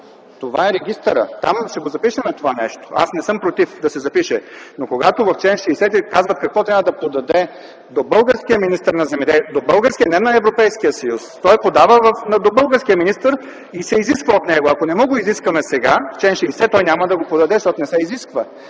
Това е регистърът, там ще го запишем това нещо, аз не съм против да се запише. Когато в чл. 60 се казва какво трябва да се подаде до българския министър на земеделието, не на Европейския съюз, той го подава до българския министър и това се изисква от него. Ако не му го изискаме сега в чл. 60, няма да го подаде, защото не се изисква.